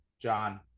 John